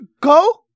Go